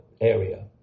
area